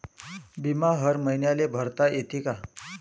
बिमा हर मईन्याले भरता येते का?